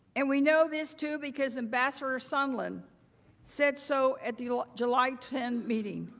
and we know this, too, because ambassador sondland said so at the ah july ten meeting,